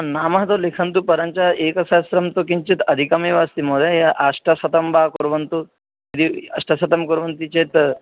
नाम तु लिखन्तु परञ्च एकसहस्रं तु किञ्चित् अधिकमेव अस्ति महोदय अष्टशतं वा कुर्वन्तु यदि अष्तशतं कुर्वन्ति चेत्